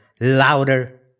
louder